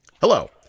Hello